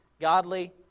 godly